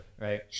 Right